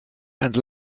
and